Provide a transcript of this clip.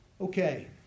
Okay